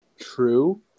true